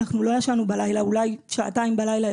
אנחנו לא ישנו בלילה, אולי ישנו שעתיים הלילה,